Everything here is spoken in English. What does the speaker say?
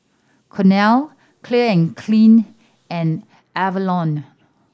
Cornell Clean and Clear and Avalon